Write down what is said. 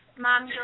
Mom